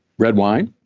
red wine,